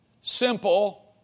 Simple